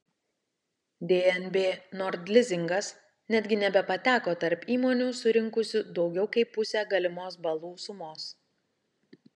dnb nord lizingas netgi nebepateko tarp įmonių surinkusių daugiau kaip pusę galimos balų sumos